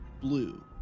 blue